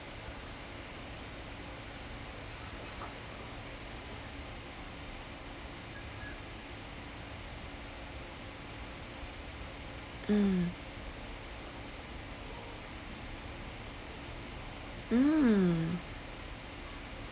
mm mm